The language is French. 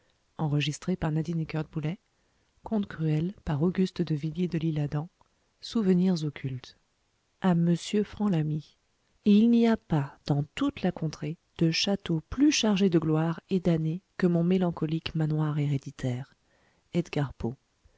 souvenirs occultes à monsieur franc lamy et il n'y a pas dans toute la contrée de château plus chargé de gloire et d'années que mon mélancolique manoir héréditaire edgar poe